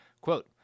Quote